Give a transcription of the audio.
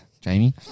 Jamie